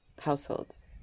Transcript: households